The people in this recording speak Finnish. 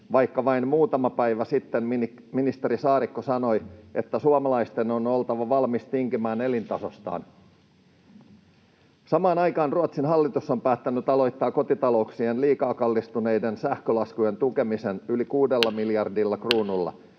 vaikka vain muutama päivä sitten ministeri Saarikko sanoi, että suomalaisten on oltava valmiita tinkimään elintasostaan. Samaan aikaan Ruotsin hallitus on päättänyt aloittaa kotitalouksien liikaa kallistuneiden sähkölaskujen tukemisen yli 6 miljardilla kruunulla.